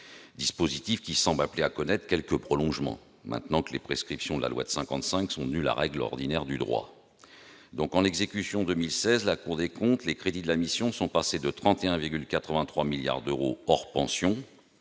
dispositif qui semble appelé à connaître quelques prolongements, maintenant que les prescriptions de la loi de 1955 sont devenues la règle ordinaire du droit ... Pour l'exécution 2016, selon la Cour des comptes, les crédits de la mission sont passés de 31,83 milliards d'euros hors pensions-